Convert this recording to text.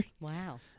wow